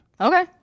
okay